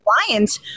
clients